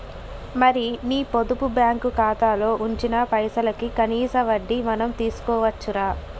మరి నీ పొదుపు బ్యాంకు ఖాతాలో ఉంచిన పైసలకి కనీస వడ్డీ మనం తీసుకోవచ్చు రా